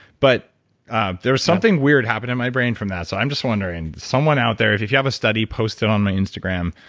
but there was something weird happened in my brain from that. so i'm just wondering, someone out there, if if you have a study posted on my instagram,